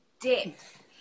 depth